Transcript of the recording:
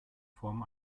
form